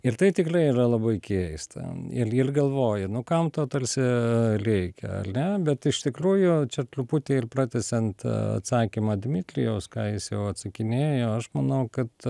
ir tai tikrai yra labai keista il ir galvoji nu kam to tarsi reikia ar ne bet iš tikrųjų čia truputį ir pratęsiant atsakymą dmitrijaus ką jis jau atsakinėjo aš manau kad